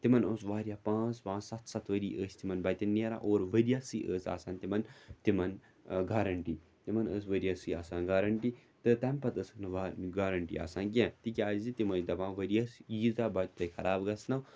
تِمَن اوس واریاہ پانٛژھ پانٛژھ سَتھ سَتھ ؤری ٲسۍ تِمَن بَتٮ۪ن نیران اور ؤریَسٕے ٲس آسان تِمَن تِمَن گارَنٹی تِمَن ٲس ؤریَسٕے آسان گارَنٹی تہٕ تَمہِ پَتہٕ ٲسٕکھ نہٕ وا گارَنٹی آسان کینٛہہ تِکیٛازِ تِم ٲسۍ دَپان ؤریَس ییٖژاہ بَتہِ تۄہہِ خراب گژھنو